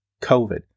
COVID